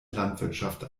landwirtschaft